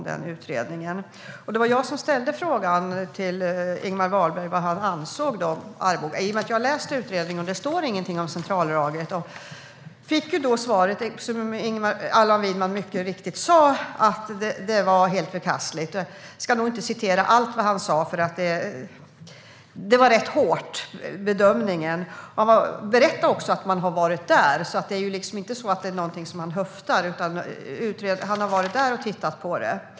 Det var jag som ställde frågan till Ingemar Wahlberg vad han ansåg om Arboga, i och med att jag har läst utredningen och det inte står något om centralförrådet i den. Jag fick då svaret, som Allan Widman mycket riktigt sa, att det var helt förkastligt. Jag ska nog inte citera allt han sa, för bedömningen var rätt hård. Han berättade också att han har varit där och tittat på det.